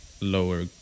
lower